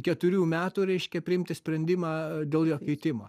keturių metų reiškia priimti sprendimą dėl jo keitimo